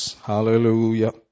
Hallelujah